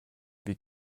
wie